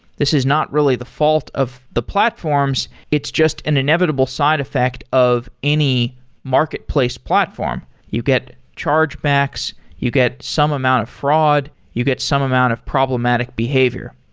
this is not really the fault of the platforms, it's just an inevitable side effect of any marketplace platform. you get chargebacks, you get some amount of fraud, you get some amount of problematic behavior.